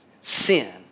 Sin